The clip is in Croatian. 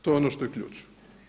To je ono što je ključ.